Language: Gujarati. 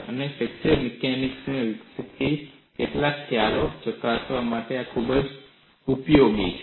અને ફ્રેક્ચર મિકેનિક્સ માં વિકસિત કેટલાક ખ્યાલોને ચકાસવા માટે આ ખૂબ ઉપયોગી છે